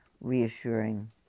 reassuring